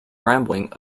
rambling